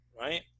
right